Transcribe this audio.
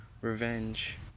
revenge